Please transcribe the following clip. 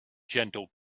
gentle